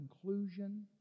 conclusion